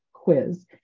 quiz